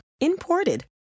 imported